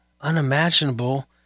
unimaginable